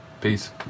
peace